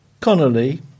Connolly